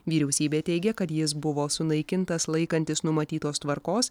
vyriausybė teigia kad jis buvo sunaikintas laikantis numatytos tvarkos